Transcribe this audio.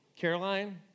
Caroline